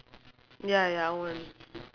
ya ya I won't